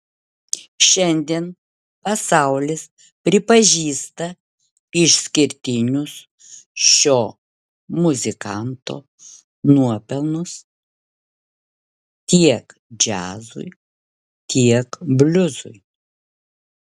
šiandien pasaulis pripažįsta išskirtinius šio muzikanto nuopelnus tiek džiazui tiek bliuzui